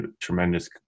tremendous